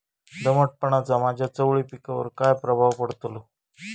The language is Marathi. दमटपणाचा माझ्या चवळी पिकावर काय प्रभाव पडतलो?